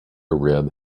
red